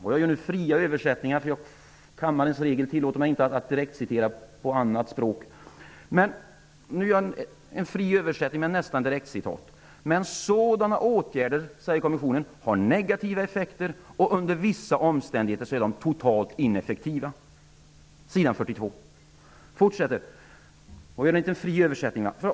Jag gör nu fria översättningar, eftersom kammarens regler inte tillåter mig att göra direktcitat på något annat språk än svenska. Men sådana åtgärder, menar kommissionen, har negativa effekter och är under vissa omständigheter totalt ineffektiva. Detta står på s. 42.